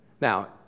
now